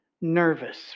nervous